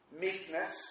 meekness